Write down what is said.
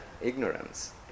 ignorance